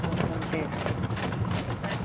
ओ ओ दे दे ओमफ्राय